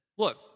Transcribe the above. look